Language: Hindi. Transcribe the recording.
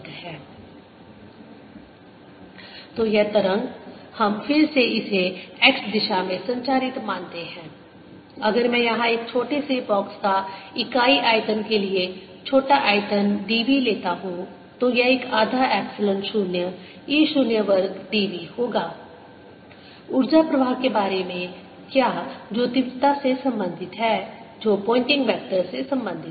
Energy content in magnetic field120B2120B02kr ωt Time average140B02140E02c2140E02 Energy density in an EM wave120E02 तो यह तरंग हम फिर से इसे x दिशा में संचारित मानते हैं अगर मैं यहाँ एक छोटे से बॉक्स का इकाई आयतन के लिए छोटे आयतन dv लेता हूँ तो यह एक आधा एप्सिलॉन 0 e 0 वर्ग dv होगा ऊर्जा प्रवाह के बारे में क्या जो तीव्रता से संबंधित है जो पोयनेटिंग वेक्टर से संबंधित है